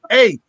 Hey